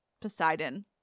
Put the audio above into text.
Poseidon